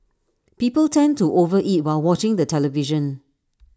people tend to over eat while watching the television